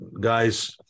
guys